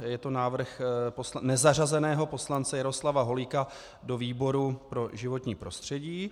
Je to návrh nezařazeného poslance Jaroslava Holíka do výboru pro životní prostředí.